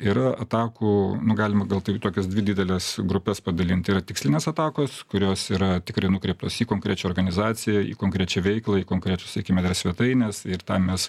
yra atakų nu galima gal taip į tokias dvi dideles grupes padalinti yra tikslinės atakos kurios yra tikrai nukreiptos į konkrečią organizaciją į konkrečią veiklą į konkrečią sakykime dar į svetaines ir ten mes